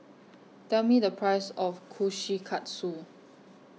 Tell Me The Price of Kushikatsu